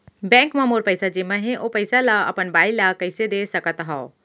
Bank म मोर पइसा जेमा हे, ओ पइसा ला अपन बाई ला कइसे दे सकत हव?